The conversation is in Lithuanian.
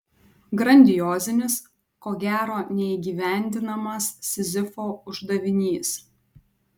grandiozinis ko gero neįgyvendinamas sizifo uždavinys